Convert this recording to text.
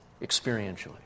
experientially